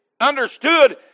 understood